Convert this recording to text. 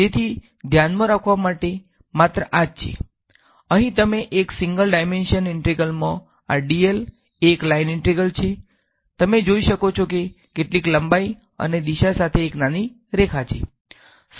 તેથી ધ્યાનમાં રાખવા માટે માત્ર આજ જ છે અહીં તમે એક સીંગલ ડાઈમેન્શન ઇન્ટેગ્રલ માં આ dl એ લાઈન એલીમેન્ટ છે તમે જોઈ શકો છો કે કેટલીક લંબાઈ અને દિશા સાથે એક નાની રેખા છે